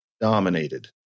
dominated